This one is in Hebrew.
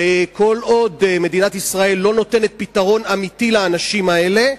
וכל עוד מדינת ישראל לא נותנת פתרון אמיתי לאנשים האלה,